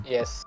Yes